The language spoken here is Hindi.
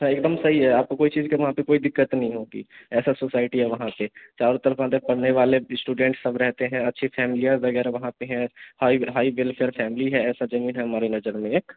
है एक दम सही है आपको कोई चीज़ की वहाँ पर कोई दिक्कत नहीं होगी ऐसी सोसाइटी है वहाँ पर चारों तरफ़ अंदर पढ़ने वाले इस्टूडेंट्स सब रहते हैं अच्छी फैमलियाँ वग़ैरह वहाँ पर हैं हाई वेलफेयर फैमली है ऐसी ज़मीन है हमारे नज़र में एक